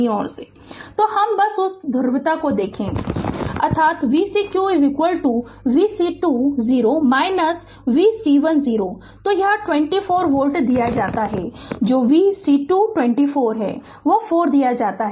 तो हम बस उस ध्रुवता को देख रहे है अर्थात v cq v C2 0 v C1 0 तो यह 24 वोल्ट दिया जाता है जो v C2 24 और वह 4 दिया जाता है